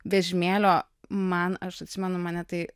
vežimėlio man aš atsimenu mane tai